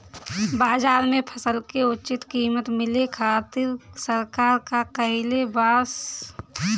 बाजार में फसल के उचित कीमत मिले खातिर सरकार का कईले बाऽ?